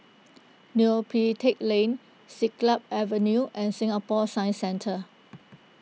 Neo Pee Teck Lane Siglap Avenue and Singapore Science Centre